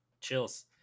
Chills